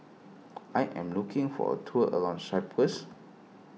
I am looking for a tour around Cyprus